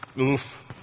oof